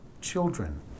children